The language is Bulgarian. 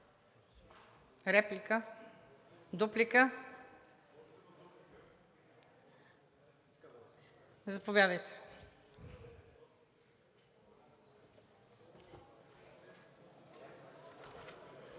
реплика? Дуплика? Заповядайте.